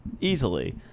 easily